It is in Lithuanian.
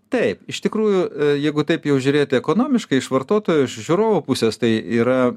taip iš tikrųjų jeigu taip jau žiūrėti ekonomiškai iš vartotojo iš žiūrovo pusės tai yra